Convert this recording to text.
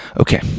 Okay